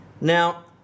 Now